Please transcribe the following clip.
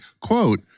quote